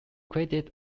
credited